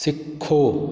ਸਿੱਖੋ